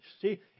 See